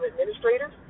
administrators